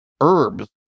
herbs